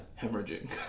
Hemorrhaging